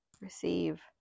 receive